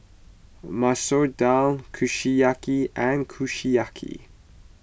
Masoor Dal Kushiyaki and Kushiyaki